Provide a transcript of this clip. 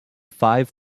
five